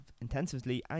intensively